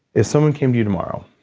if someone came to you tomorrow,